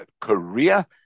korea